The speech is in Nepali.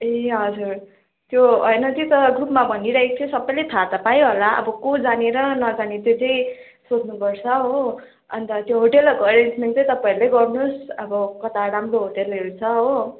ए हजुर त्यो होइन त्यो त ग्रुपमा भनिरहेको थियो सबैले थाहा त पायो होला अब को जाने र नजाने त्यो चाहिँ सोध्नु पर्छ हो अन्त त्यो होटेलहरूको एरेन्जमेन्ट चाहिँ तपाईँहरूले गर्नु होस् अब कता राम्रो होटेलहरू छ हो